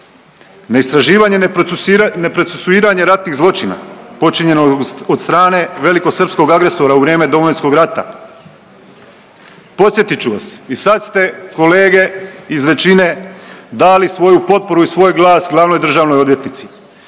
Neistraživanjem, neprocesuiranje ratnih zločina počinjenog od strane velikosrpskog agresora u vrijeme Domovinskog rata. Podsjetit ću vas i sad ste kolege iz većine dali svoju potporu i svoj glas glavnoj državnoj odvjetnici.